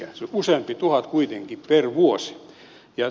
se on useampi tuhat kuitenkin per vuosi